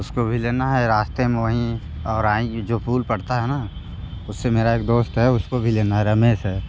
उसको भी लेना है रास्ते में वहीं औराईं जो पुल पड़ता है ना उससे मेरा एक दोस्त है उसको भी लेना है रमेश है